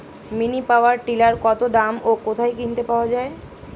Mini power tiller কত দাম ও কোথায় কিনতে পাওয়া যায়?